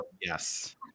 yes